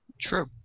True